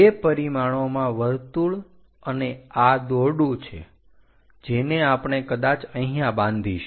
બે પરિમાણોમાં વર્તુળ અને આ દોરડું છે જેને આપણે કદાચ અહીંયા બાંધીશું